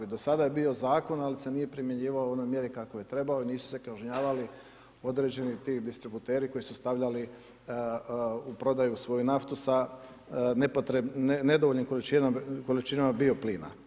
Do sada je bio zakon, ali se nije primjenjivao u onoj mjeri kakvu je trebao i nisu se kažnjavali, određeni ti distributeri, koji su stavljali u prodaju svoju naftu sa nedovoljnom količinom bio plina.